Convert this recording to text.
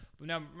Now